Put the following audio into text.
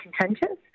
contentious